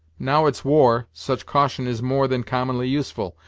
now it's war, such caution is more than commonly useful,